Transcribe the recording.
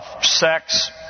sex